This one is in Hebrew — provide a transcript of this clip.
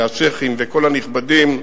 והשיח'ים וכל הנכבדים,